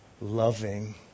Loving